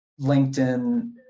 LinkedIn